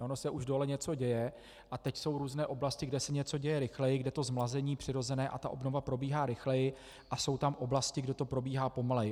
Ono se už dole něco děje a teď jsou různé oblasti, kde se něco děje rychleji, kde to přirozené zmlazení a ta obnova probíhá rychleji, a jsou tam oblasti, kde to probíhá pomaleji.